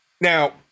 Now